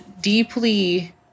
deeply